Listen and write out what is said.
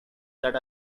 that